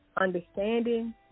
understanding